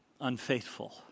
unfaithful